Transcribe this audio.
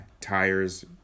tires